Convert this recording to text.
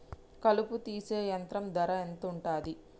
కలుపు తీసే యంత్రం ధర ఎంతుటది?